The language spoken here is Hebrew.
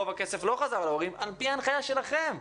רוב הכסף לא חזר להורים על פי ההנחיה שלכם.